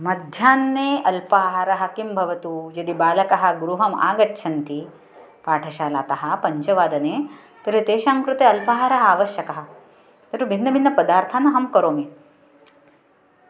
मध्याह्ने अल्पाहारः किं भवतु यदि बालकाः गृहम् आगच्छन्ति पाठशालातः पञ्चवादने तर्हि तेषां कृते अल्पाहारः आवश्यकः तर्हि भिन्नभिन्नपदार्थान् अहं करोमि